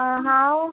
आं हांव